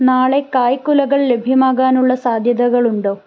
നാളെ കായ്ക്കുലകൾ ലഭ്യമാകാനുള്ള സാധ്യതകളുണ്ടോ